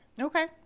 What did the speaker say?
Okay